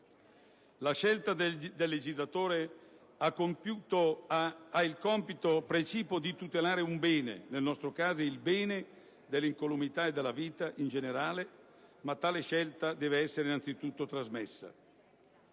La scelta del legislatore ha il compito precipuo di tutelare un bene, nel nostro caso il bene dell'incolumità e della vita in generale, ma tale scelta deve essere innanzitutto trasmessa.